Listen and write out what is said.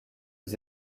aux